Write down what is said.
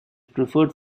preferred